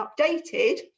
updated